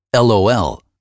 LOL